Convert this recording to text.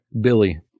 Billy